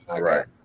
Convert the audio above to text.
Right